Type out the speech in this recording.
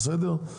בסדר?